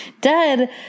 dead